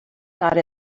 thought